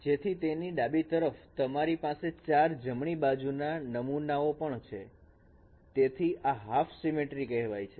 જેથી તેની ડાબી તરફ તમારી પાસે ચાર જમણી બાજુના નમૂનાઓ પણ છે તેથી આ હાફ સિમેટ્રી કહેવાય છે